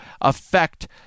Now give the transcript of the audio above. affect